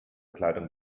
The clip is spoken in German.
kleidung